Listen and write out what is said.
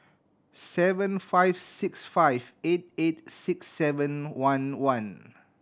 seven five six five eight eight six seven one one